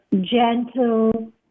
gentle